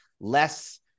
less